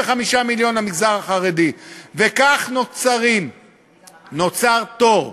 המשק הישראלי בהובלה שלכם נמצא דה-פקטו במיתון,